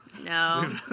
No